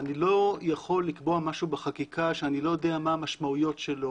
אני לא יכול לקבוע משהו בחקיקה שאני לא יודע מה המשמעויות שלו,